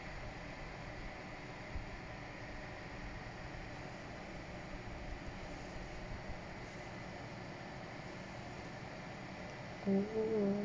oh